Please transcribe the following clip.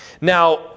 Now